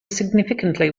significantly